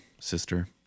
sister